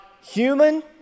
human